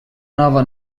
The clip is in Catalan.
nova